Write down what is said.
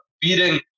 beating